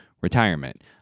retirement